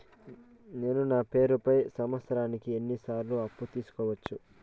నేను నా పేరుపై సంవత్సరానికి ఎన్ని సార్లు అప్పు తీసుకోవచ్చు?